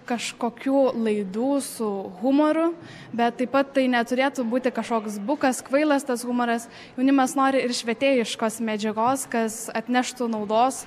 kažkokių laidų su humoru bet taip pat tai neturėtų būti kažkoks bukas kvailas tas humoras jaunimas nori ir švietėjiškos medžiagos kas atneštų naudos